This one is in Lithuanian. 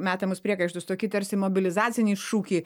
metamus priekaištus tokie tarsi mobilizaciniai šūkiai